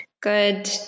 Good